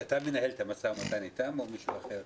אתה מנהל את המשא ומתן אתם או מישהו אחר?